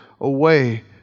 away